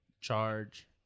charge